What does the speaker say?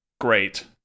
great